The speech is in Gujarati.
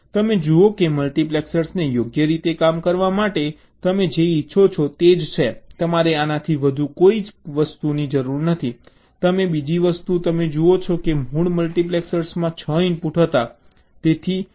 તમે જુઓ છો કે મલ્ટિપેક્સરને યોગ્ય રીતે કામ કરવા માટે તમે જે ઇચ્છો છો તે જ છે તમારે આનાથી વધુ કોઈ વસ્તુની જરૂર નથી અને બીજી વસ્તુ તમે જુઓ છો કે મૂળ મલ્ટિપેક્સરમાં 6 ઇનપુટ હતા તેથી 26 64 હતા